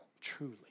truly